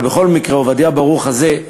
עובדיה ברוך הזה,